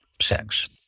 sex